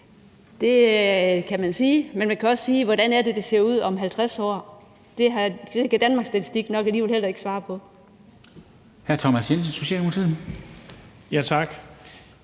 Det kan man sige, men man kan også spørge, hvordan det ser ud om 50 år. Det kan Danmarks Statistik nok alligevel heller ikke svare på.